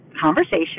conversation